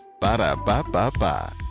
Ba-da-ba-ba-ba